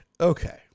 Okay